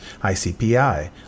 ICPI